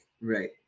Right